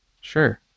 Sure